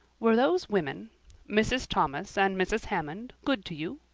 were those women mrs. thomas and mrs. hammond good to you?